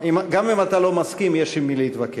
גם אם אתה לא מסכים, יש עם מי להתווכח.